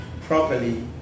properly